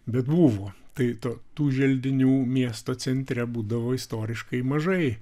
bet buvo tai tu tų želdinių miesto centre būdavo istoriškai mažai